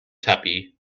tuppy